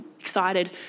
excited